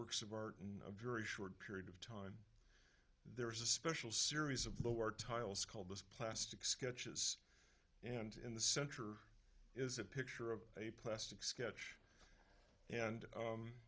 works of art in a very short period of time there is a special series of lower tiles called the plastic sketches and in the center is a picture of a plastic sketch and